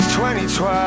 2012